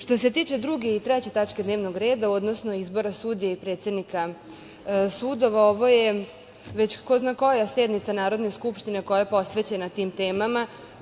Što se tiče druge i treće tačke dnevnog reda, odnosno izbora sudija i predsednika sudova, ovo je već ko zna koja sednica Narodne skupštine koja je posvećena tim temama.